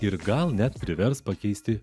ir gal net privers pakeisti